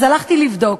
אז הלכתי לבדוק.